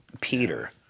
Peter